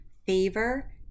favor